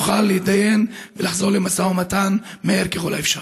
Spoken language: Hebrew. נוכל להתדיין ולחזור למשא ומתן מהר ככל האפשר.